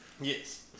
Yes